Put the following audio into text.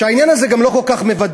העניין הזה גם לא כל כך מבדח,